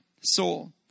soul